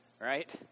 right